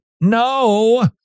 no